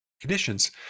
conditions